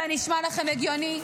זה נשמע לכם הגיוני?